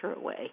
away